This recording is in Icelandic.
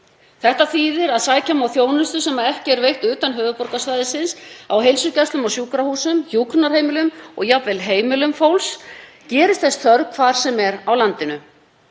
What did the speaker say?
Þetta þýðir að sækja má þjónustu sem ekki er veitt utan höfuðborgarsvæðisins á heilsugæslum og sjúkrahúsum, hjúkrunarheimilum og jafnvel heimilum fólks gerist þess þörf hvar sem er á landinu.